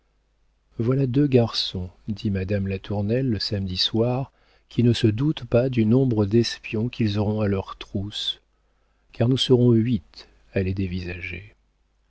voilà deux garçons dit madame latournelle le samedi soir qui ne se doutent pas du nombre d'espions qu'ils auront à leurs trousses car nous serons huit à les dévisager